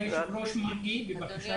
היושב-ראש, --- בבקשה.